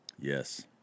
Yes